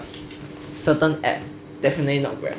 certain app definitely not grab